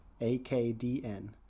AKDN